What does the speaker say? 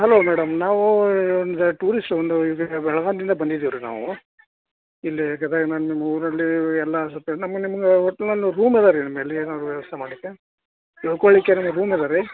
hello madam ನಾವು ಒಂದು tourist ಒಂದು ಇದು ಬೆಳಗಾಮ್ದಿಂದ ಬಂದಿದ್ದೀವಿ ರೀ ನಾವು ಇಲ್ಲಿ ಗದಗಿನಾಗ ನಿಮ್ಮೂರಲ್ಲಿ ಎಲ್ಲ ಸ್ವಲ್ಪ ನಮ್ಮ ನಿಮ್ಗೆ ಒಟ್ನಲ್ಲಿ ರೂಮ್ ಅದಾವ ರೀ ನಮಗೆಲ್ಲ ಏನಾದ್ರು ವ್ಯವಸ್ಥೆ ಮಾಡಲಿಕ್ಕೆ ಉಳ್ಕೊಳ್ಳಿಕ್ಕೆ ನಮ್ಗೆ ರೂಮ್ ಇಲ್ಲ ರೀ